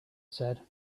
said